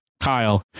Kyle